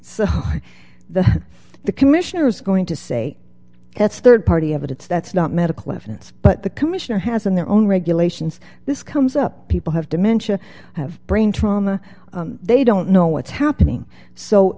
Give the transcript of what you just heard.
hell the the commissioner is going to say that's rd party evidence that's not medical evidence but the commissioner has in their own regulations this comes up people have dementia have brain trauma they don't know what's happening so